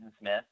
Smith